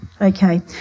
okay